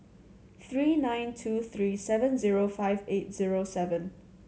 three nine two three seven zero five eight zero seven